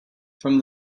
from